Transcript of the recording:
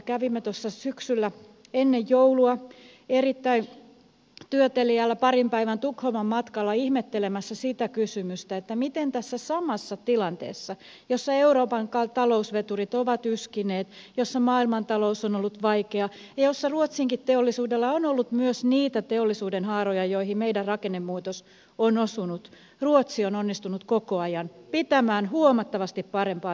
kävimme syksyllä ennen joulua erittäin työteliäällä parin päivän tukholman matkalla ihmettelemässä sitä kysymystä että miten tässä samassa tilanteessa jossa euroopan talousveturit ovat yskineet jossa maailmantalous on ollut vaikea ja jossa ruotsinkin teollisuudella on ollut myös niitä teollisuuden haaroja joihin meidän rakennemuutoksemme on osunut ruotsi on onnistunut koko ajan pitämään huomattavasti parempaa työllisyyttä yllä